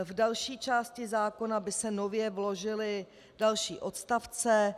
V další části zákona by se nově vložily další odstavce.